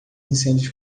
incêndios